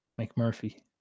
McMurphy